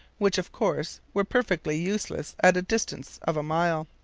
which, of course, were perfectly useless at a distance of a mile.